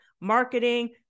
marketing